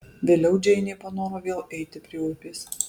vėliau džeinė panoro vėl eiti prie upės